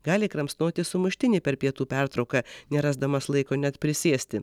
gali kramsnoti sumuštinį per pietų pertrauką nerasdamas laiko net prisėsti